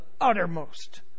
uttermost